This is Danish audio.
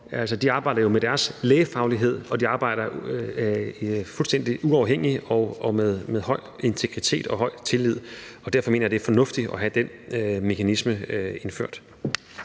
De arbejder jo med deres lægefaglighed, og de arbejder fuldstændig uafhængigt og med høj integritet og høj tillid, og derfor mener jeg, det er fornuftigt at have den mekanisme indført.